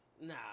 nah